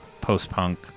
post-punk